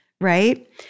Right